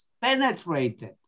penetrated